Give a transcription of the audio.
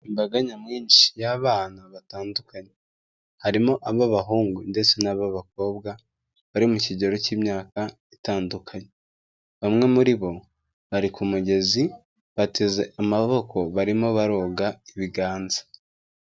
Imbaga nyamwinshi y'abana batandukanye. Harimo abahungu ndetse n'ababakobwa, bari mu kigero cy'imyaka itandukanye. Bamwe muri bo bari k'umugezi bateze amaboko barimo baroga ibiganza.